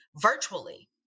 virtually